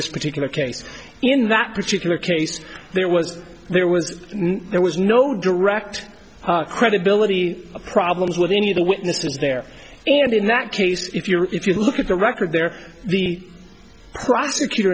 this particular case in that particular case there was there was no there was no direct credibility problems with any of the witnesses there and in that case if you're if you look at the record there the prosecutor